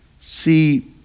See